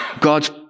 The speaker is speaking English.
God's